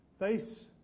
Face